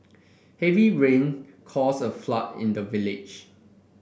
heavy rain caused a flood in the village